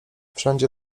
wszędzie